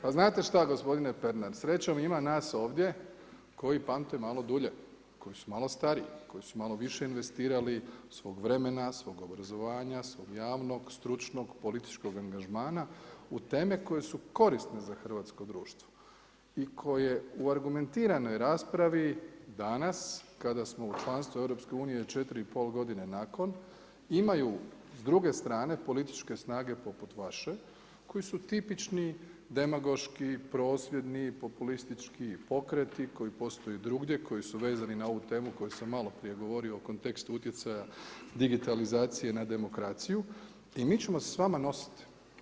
Pa znate šta gospodine Pernar, srećom ima nas ovdje koji pamte malo dulje, koji su malo stariji, koji su malo više investirali svog vremena, svog obrazovanja, svog javnost, stručnog, političkog angažmana, u teme koje su korisne za hrvatsko društvo i koje u argumentiranoj raspravi danas kada smo u članstvu EU 4,5 godine nakon imaju s druge strane političke snage poput vaše koji su tipični demagoški, prosvjedni, populistički pokreti koji postoje drugdje, koji su vezani na ovu temu koju sam maloprije govorio u kontekstu utjecaja digitalizacije na demokraciju i mi ćemo se s vama nositi.